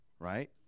Right